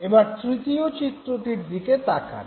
এবার তৃতীয় চিত্রটির দিকে তাকান